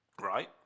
Right